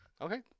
Okay